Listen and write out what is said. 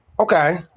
Okay